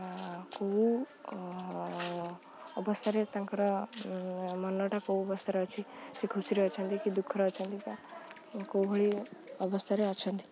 କୋଉ ଅବସ୍ଥାରେ ତାଙ୍କର ମନଟା କୋଉ ଅବସ୍ଥାରେ ଅଛି କି ଖୁସିରେ ଅଛନ୍ତି କି ଦୁଃଖର ଅଛନ୍ତି ବା କୋଉ ଭଳି ଅବସ୍ଥାରେ ଅଛନ୍ତି